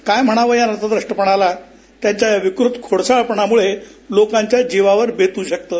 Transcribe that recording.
काय म्हणावं या नतद्रष्टपणाला या विकृत खोडसाळपणामुळे अनेकांच्या जीवावर बेतू शकतं